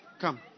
Come